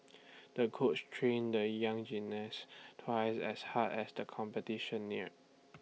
the coach trained the young gymnast twice as hard as the competition neared